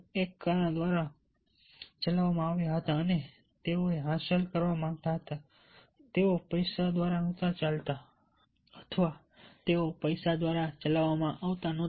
તેઓ એક કારણ દ્વારા ચલાવવામાં આવ્યા હતા અને તેઓ તે હાંસલ કરવા માગતા હતા તેઓ પૈસા દ્વારા ચલાવવામાં આવતા નથી